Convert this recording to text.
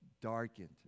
darkened